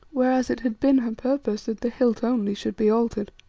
whereas it had been her purpose that the hilt only should be altered.